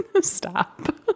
stop